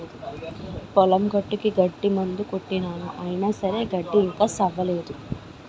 పొలం గట్టుకి గడ్డి మందు కొట్టినాను అయిన సరే గడ్డి ఇంకా సవ్వనేదు